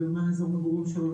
מה אזור מגורים שלו,